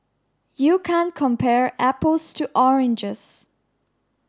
you can't compare apples to oranges